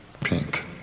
pink